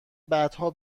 بعدها